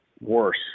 worse